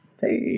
Hey